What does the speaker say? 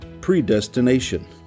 Predestination